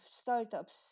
startups